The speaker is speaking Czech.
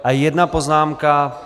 A jedna poznámka.